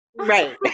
right